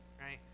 right